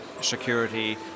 security